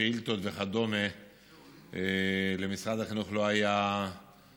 שאילתות וכדומה למשרד החינוך לא היה הרבה